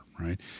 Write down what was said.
right